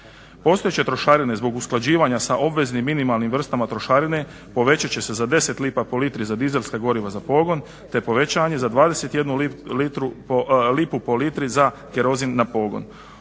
Postojeće trošarine zbog usklađivanja sa obveznim minimalnim vrstama trošarine povećat će se za 10 lipa po litri za dizelska goriva za pogon, te povećanje za 21 lipu po litri za kerozin na pogon.